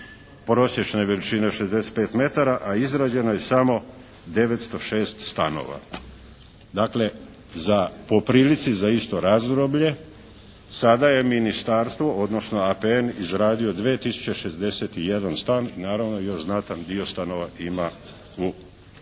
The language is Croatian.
prosječne veličine od 65 metara, a izrađeno je samo 906 stanova. Dakle, za po prilici za isto razdoblje sada je ministarstvo, odnosno APN izradio 2061 stan. Naravno, još znatan dio stanova ima u pripremi.